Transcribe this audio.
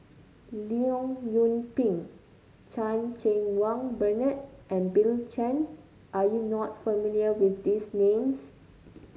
Leong Yoon Pin Chan Cheng Wah Bernard and Bill Chen are you not familiar with these names